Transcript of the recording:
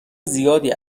زیادی